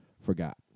forgot